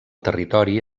territori